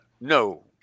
No